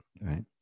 right